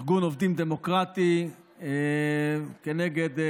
ארגון עובדים דמוקרטי נגד,